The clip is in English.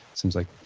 seems like,